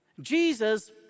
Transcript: Jesus